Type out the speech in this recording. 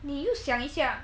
你又想一下